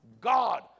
God